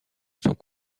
sont